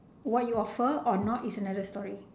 what you offer or not is another story